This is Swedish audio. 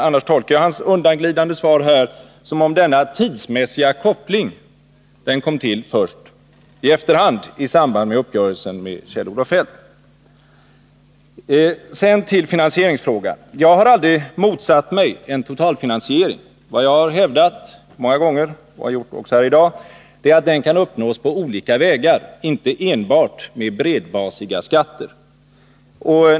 Annars tolkar jag hans undanglidande svar som att denna tidsmässiga koppling kom till först i efterhand i samband med uppgörelsen med Kjell-Olof Feldt. Sedan till finansieringsfrågan. Jag har aldrig motsatt mig en totalfinansiering. Vad jag många gånger hävdat, även i dag, är att den kan uppnås på olika sätt och inte enbart genom bredbasiga skatter.